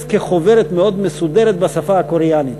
כחוברת מאוד מסודרת בשפה הקוריאנית.